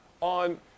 On